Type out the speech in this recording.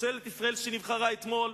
ממשלת ישראל, שנבחרה אתמול,